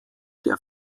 der